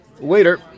Waiter